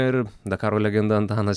ir dakaro legenda antanas